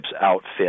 outfit